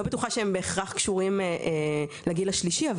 לא בטוחה שהם בהכרח קשורים לגיל השלישי,